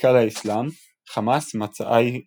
זיקה לאסלאם – "חמאס מצעה הוא השריעה.